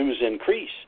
increase